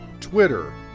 Twitter